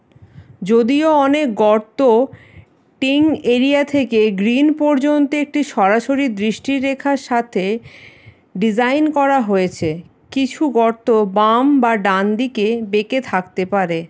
যদিও অনেক গর্ত টিং এরিয়া থেকে গ্রিন পর্যন্ত একটি সরাসরি দৃষ্টির রেখার সাথে ডিজাইন করা হয়েছে কিছু গর্ত বাম বা ডান দিকে বেঁকে থাকতে পারে